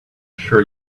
sure